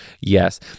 Yes